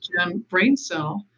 BrainCell